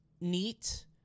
neat